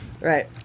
Right